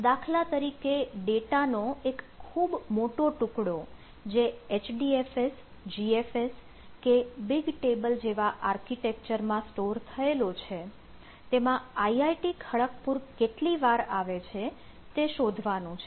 દાખલા તરીકે ડેટા નો એક ખૂબ મોટો ટુકડો જે HDFS GFS કે bigtable જેવા આર્કિટેક્ચર માં સ્ટોર થયેલો છે તેમાં IIT Kharagpur કેટલી વાર આવે છે તે શોધવાનું છે